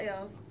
else